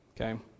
Okay